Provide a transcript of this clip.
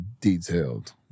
detailed